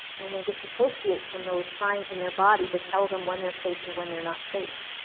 and they disassociate from those signs in their body that tell them when they're safe and when they're not safe